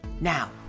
Now